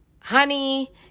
honey